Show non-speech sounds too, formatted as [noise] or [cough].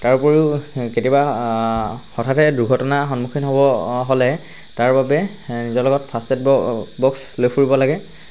তাৰ উপৰিও কেতিয়াবা হঠাতে দুৰ্ঘটনাৰ সন্মুখীন হ'ব হ'লে তাৰ বাবে নিজৰ লগত ফাৰ্ষ্ট এইড [unintelligible] বক্স লৈ ফুৰিব লাগে